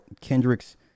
Kendrick's